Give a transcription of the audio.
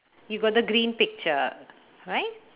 you got the green picture right